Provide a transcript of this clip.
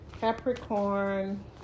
Capricorn